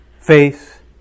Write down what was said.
faith